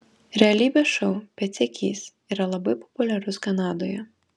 realybės šou pėdsekys yra labai populiarus kanadoje